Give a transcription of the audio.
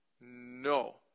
no